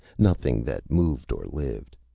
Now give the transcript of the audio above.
nothing that moved or lived.